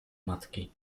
matki